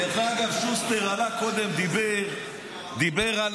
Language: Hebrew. דרך אגב, שוסטר עלה קודם, דיבר על